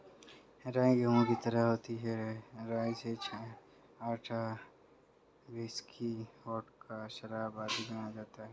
राई गेहूं की तरह होती है राई से आटा, व्हिस्की, वोडका, शराब आदि बनाया जाता है